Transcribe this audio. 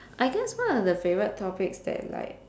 I guess one of the favourite topics that like